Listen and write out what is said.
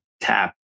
tap